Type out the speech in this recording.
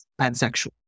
pansexual